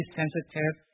sensitive